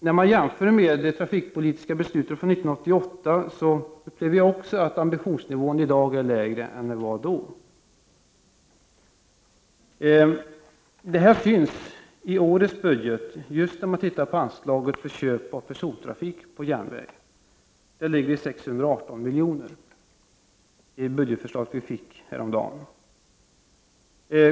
När jag jämför med det trafikpolitiska beslutet från 1988, upplever jag också att ambitionsnivån i dag är lägre än den var då. Detta syns i årets budget när man ser på anslaget för köp av persontrafik på järnväg; det är 618 milj.kr. i det budgetförslag vi fick häromdagen.